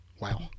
Wow